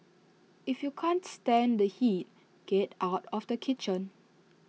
if you can't stand the heat get out of the kitchen